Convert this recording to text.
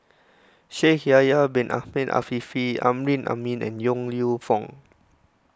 Shaikh Yahya Bin Ahmed Afifi Amrin Amin and Yong Lew Foong